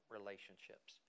Relationships